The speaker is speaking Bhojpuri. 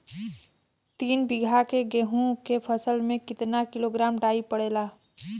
तीन बिघा गेहूँ के फसल मे कितना किलोग्राम डाई पड़ेला?